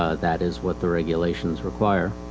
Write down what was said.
ah that is what the regulations require.